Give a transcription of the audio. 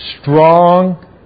strong